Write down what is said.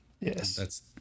Yes